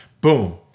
boom